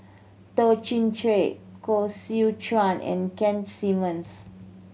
Toh Chin Chye Koh Seow Chuan and Keith Simmons